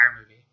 movie